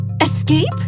Escape